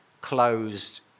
closed